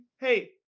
Hey